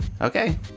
Okay